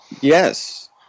yes